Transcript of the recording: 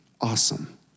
Awesome